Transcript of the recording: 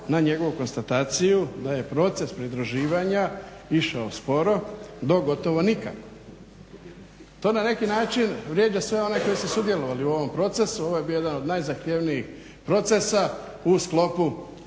na njegovu konstataciju da je proces pridruživanja išao sporo do gotovo nikako. To na neki način vrijeđa sve one koji su sudjelovali u ovom procesu. Ovo je bio jedan od najzahtjevnijih procesa u sklopu